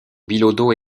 billaudot